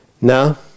Now